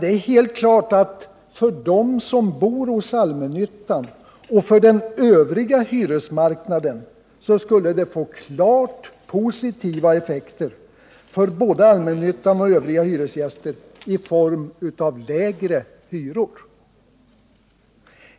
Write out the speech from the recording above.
Det är helt uppenbart att de skulle få klart positiva effekter för både dem som bor hos allmännyttan och övriga hyresgäster i form av lägre hyror.